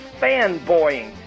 fanboying